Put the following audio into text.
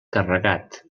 carregat